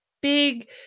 big